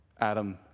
Adam